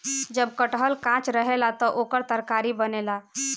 जब कटहल कांच रहेला त ओकर तरकारी बनेला